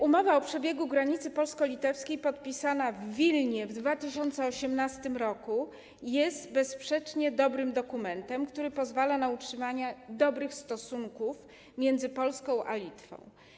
Umowa o przebiegu granicy polsko-litewskiej podpisana w Wilnie w 2018 r. jest bezsprzecznie dobrym dokumentem, który pozwala na utrzymanie dobrych stosunków między Polską a Litwą.